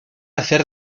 hacer